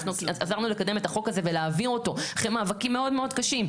אנחנו עזרנו לקדם את החוק הזה ולהעביר אותו אחרי מאבקים מאוד קשים,